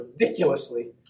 Ridiculously